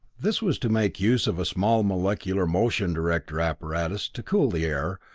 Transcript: this was to make use of a small molecular motion director apparatus to cool the air,